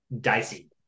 dicey